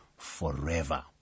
forever